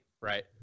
right